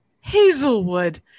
hazelwood